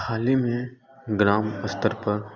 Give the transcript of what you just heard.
हाल ही में ग्राम स्तर पर